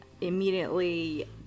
immediately